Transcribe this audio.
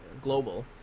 Global